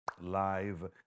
live